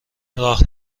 راه